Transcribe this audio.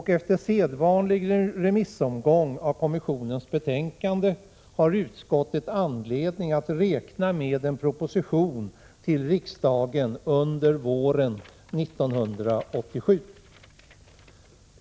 Efter sedvanlig remissomgång av kommissionens betänkande har utskottet anledning att räkna med en proposition till riksdagen under våren 1987.